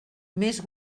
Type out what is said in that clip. més